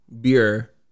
beer